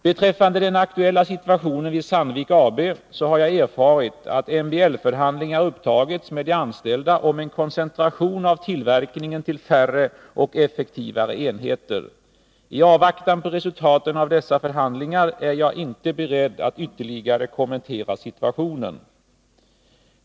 Beträffande den aktuella situationen vid Sandvik AB har jag erfarit att MBL-förhandlingar upptagits med de anställda om en koncentration av tillverkningen till färre och effektivare enheter. I avvaktan på resultaten av dessa förhandlingar är jag inte beredd att ytterligare kommentera situationen.